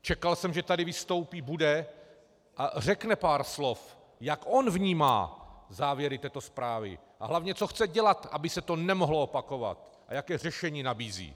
Čekal jsem, že tady bude, vystoupí a řekne pár slov, jak on vnímá závěry této zprávy, a hlavně co chce dělat, aby se to nemohlo opakovat, a jaké řešení nabízí.